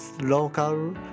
local